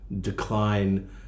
decline